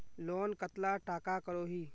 Loan कतला टाका करोही?